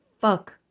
fuck